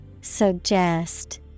Suggest